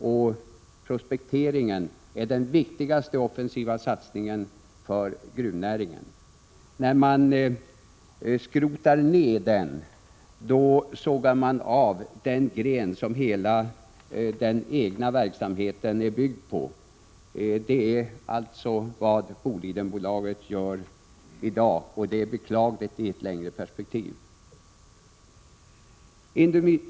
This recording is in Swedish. Och prospektering är den viktigaste offensiva satsningen för gruvnäringen. När man skrotar ner den sågar man av den gren som hela den egna verksamheten är baserad på, och det är alltså vad Bolidenbolaget gör i dag. Detta är beklagligt i ett längre perspektiv.